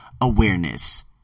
awareness